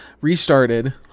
Restarted